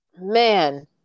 man